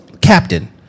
captain